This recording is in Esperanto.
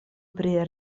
pri